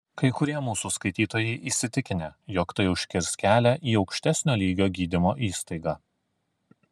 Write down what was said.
kai kurie mūsų skaitytojai įsitikinę jog tai užkirs kelią į aukštesnio lygio gydymo įstaigą